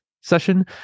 session